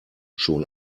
schon